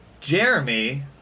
Jeremy